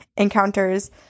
encounters